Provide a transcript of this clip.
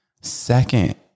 Second